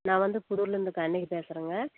நான் வந்து புதூர்லேருந்து கண்ணகி பேசுகிறேங்க